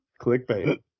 Clickbait